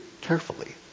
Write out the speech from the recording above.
carefully